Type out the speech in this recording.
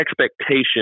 expectation